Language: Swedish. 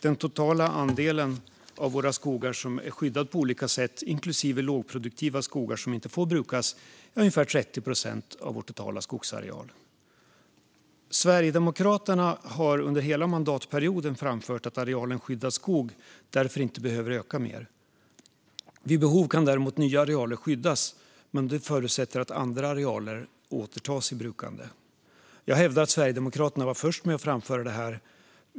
Den totala andelen av våra skogar som är skyddad på olika sätt, inklusive lågproduktiva skogar som inte får brukas, utgör ungefär 30 procent av vår totala skogsareal. Sverigedemokraterna har under hela mandatperioden framfört att arealen skyddad skog därför inte behöver öka mer. Vid behov kan däremot nya arealer skyddas. Men det förutsätter att andra arealer återtas i brukande. Jag hävdar att Sverigedemokraterna var först med att framföra detta.